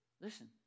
Listen